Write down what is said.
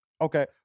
okay